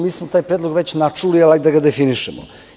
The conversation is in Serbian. Mi smo taj predlog već načuli, ali hajde da ga definišemo.